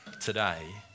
today